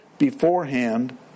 beforehand